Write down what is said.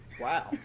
wow